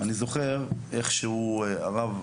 אני זוכר איך שהרב,